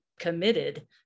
committed